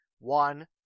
One